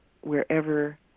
wherever